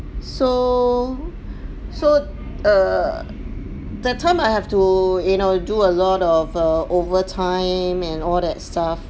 so so err that time I have to you know do a lot of err over time and all that stuff